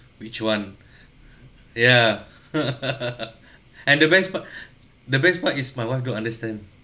which one yeah and the best part the best part is my wife don't understand